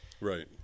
Right